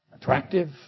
Attractive